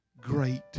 great